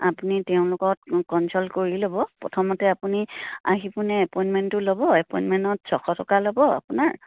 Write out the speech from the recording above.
আপুনি তেওঁৰ লগত কনঞ্চাল্ট কৰি ল'ব প্ৰথমতে আপুনি আহি পোনে এপইণ্টমেণ্টটো ল'ব এপইণ্টমেণ্টত ছশ টকা ল'ব আপোনাৰ